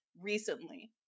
recently